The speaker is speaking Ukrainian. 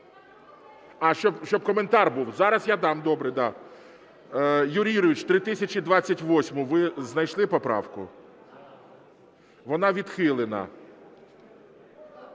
А, щоб коментар був? Зараз я дам, добре, да. Юрій Юрійович, 3028-у ви знайшли поправку? Вона відхилена.